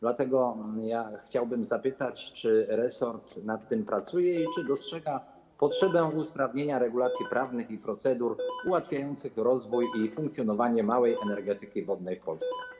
Dlatego chciałbym zapytać, czy resort nad tym pracuje i czy dostrzega potrzebę usprawnienia regulacji prawnych i procedur ułatwiających rozwój i funkcjonowanie małej energetyki wodnej w Polsce.